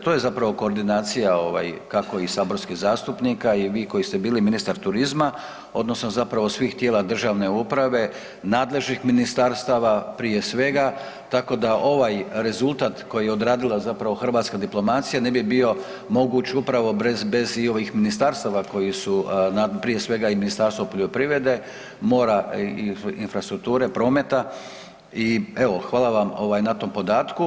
To je, hvala lijepa g. Cappelli, pa upravo ste, to je zapravo koordinacija ovaj, kako i saborskih zastupnika i vi koji ste bili ministar turizma, odnosno zapravo svih tijela državne uprave, nadležnih ministarstava, prije svega, tako da ovaj rezultat koji je odradila zapravo hrvatska diplomacija, ne bi bio moguć upravo bez ovih ministarstava koji su, prije svega i Ministarstvo poljoprivrede, mora, infrastrukture, prometa i evo, hvala vam na tom podatku.